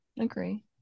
agree